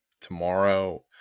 tomorrow